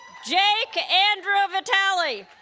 jake andrew vitale